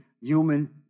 human